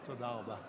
תודה רבה.